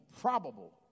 probable